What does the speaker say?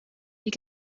you